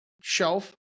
shelf